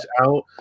out